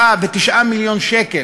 7 ו-9 מיליון שקל,